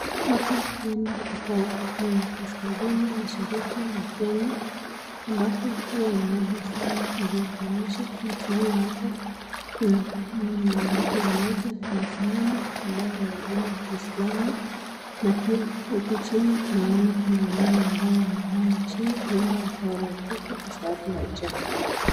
Hapa huenda ikawa ni kaskazini mashariki mwa Kenya, ambapo huwa ni nadra sana mvua kunyesha. Na tunaona hapa kuna mwanamke mmoja amesimama ambaye ni wa dini ya kiislamu. Na pia huko chini tunaona kuna wanyama ambao wamelala chini huenda wakawa wamekufa kwa sababu ya njaa.